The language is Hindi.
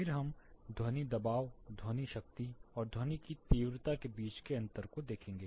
फिर हम ध्वनि दबाव ध्वनि शक्ति और ध्वनि की तीव्रता के बीच के अंतर को देखेंगे